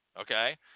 Okay